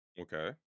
Okay